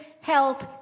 help